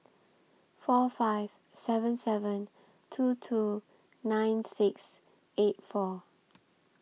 four five seven seven two two nine six eight four